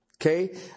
Okay